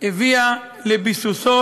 מה זה קשור,